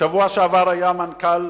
בשבוע שעבר היה מנכ"ל